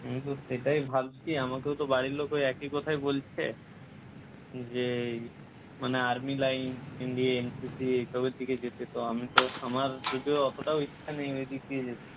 হুম তো সেটাই ভাবছি আমাকেও তো বাড়ির লোক ওই একই কথাই বলছে যে মানে army line M B A N C C এইসবের দিকে যেতে তো আমি তো আমার যদিও অতটাও ইচ্ছা নেই ওই দিক দিয়ে যেতে